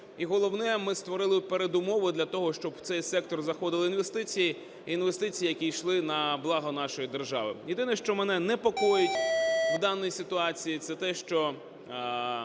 І головне, ми створили передумови для того, щоб в цей сектор заходили інвестиції, і інвестиції, які йшли на благо нашої держави. Єдине, що мене непокоїть в даній ситуації, - це те, що